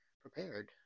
prepared